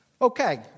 Okay